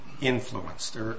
influenced